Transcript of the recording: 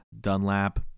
Dunlap